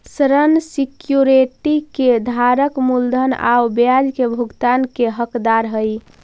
ऋण सिक्योरिटी के धारक मूलधन आउ ब्याज के भुगतान के हकदार हइ